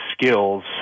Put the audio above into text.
skills